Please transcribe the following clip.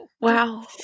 wow